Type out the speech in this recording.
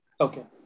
Okay